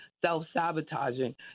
self-sabotaging